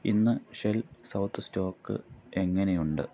ഇന്ന് shell south stock എങ്ങനെയുണ്ട്